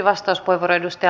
arvoisa puhemies